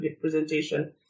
presentation